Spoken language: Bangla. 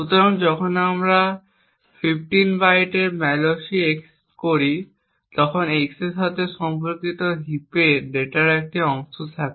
সুতরাং যখন আমরা 15 বাইটের malloc x করি তখন x এর সাথে সম্পর্কিত হিপে ডেটার একটি অংশ থাকে